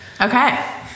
Okay